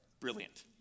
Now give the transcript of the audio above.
brilliant